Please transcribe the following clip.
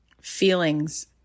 feelings